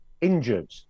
injured